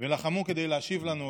ולחמו כדי להשיב לנו אותו,